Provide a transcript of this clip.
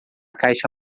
caixa